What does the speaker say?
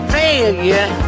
failure